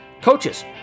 Coaches